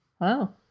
Wow